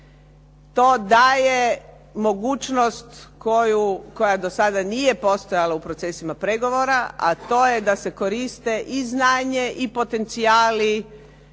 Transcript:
To daje mogućnost koja do sada nije postojala u procesima pregovora a to je da se koriste i znanje i potencijali